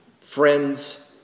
friends